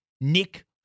Nick